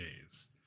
days